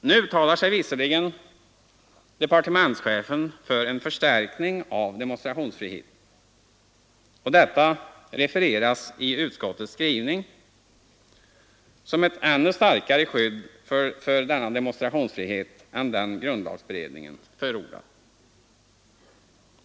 Nu uttalar sig visserligen departementschefen för en förstärkning av demonstrationsfriheten, och detta refereras i utskottets skrivning som ett ännu starkare skydd för demonstrationsfriheten än det skydd grundlagberedningen förordade.